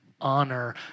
honor